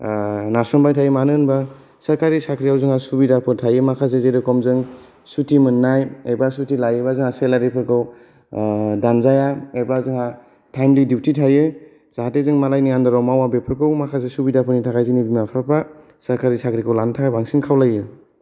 नारसमबाय थायो मानो होनबा सरकारि साख्रियाव जोंहा सुबिधाफोर थायो माखासे जेरेखम जों सुथि मोननाय एबा सुथि लायोबा जोंहा सेलारिफोरखौ दानजाया एबा जोंहा टाइमलि डिउटी थायो जाहाथे जों मालायनि अण्डाराव मावा बेफोरखौ माखासे सुबिधानि थाखाय जोंनि बिमा बिफाफ्रा सरकारि साख्रिखौ लानो थाखाय बांसिन खावलायो